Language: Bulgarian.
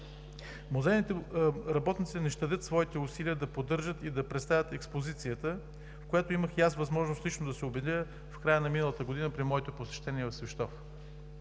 музейните работници не щадят своите усилия да поддържат и да представят експозицията, в която имах и аз възможност лично да се убедя в края на миналата година при моето посещение в Свищов,